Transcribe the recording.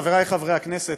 חברי חברי הכנסת,